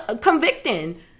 convicting